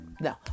No